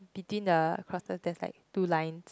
between the crosster there's like two lines